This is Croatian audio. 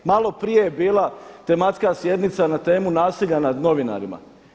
Maloprije je bila tematska sjednica na temu nasilja nad novinarima.